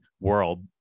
world